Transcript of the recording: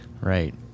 right